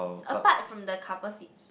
it's apart from the couple seats